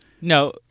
No